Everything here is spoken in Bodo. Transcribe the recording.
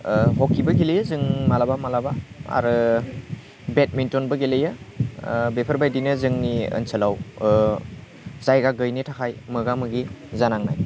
हकिबो गेलेयो जों माब्लाबा माब्लाबा आरो बेटमिन्टनबो गेलेयो बेफोरबायदिनो जोंनि ओनसोलाव जायगा गैयिनि थाखाय मोगा मोगि जानांनाय